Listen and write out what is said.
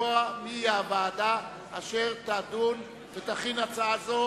לקבוע מי הוועדה אשר תדון ותכין הצעה זו